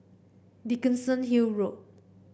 Dickenson Hill Road